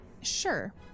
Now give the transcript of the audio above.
Sure